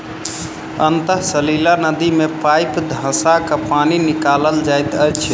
अंतः सलीला नदी मे पाइप धँसा क पानि निकालल जाइत अछि